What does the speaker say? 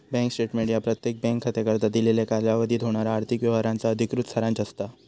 bank statement ह्या प्रत्येक bank खात्याकरता दिलेल्या कालावधीत होणारा आर्थिक व्यवहारांचा अधिकृत सारांश असता